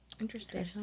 Interesting